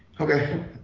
okay